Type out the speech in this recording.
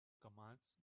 commands